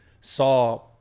saw